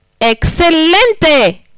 Excelente